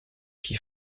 qui